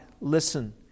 listen